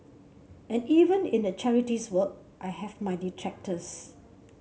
and even in the charities work I have my detractors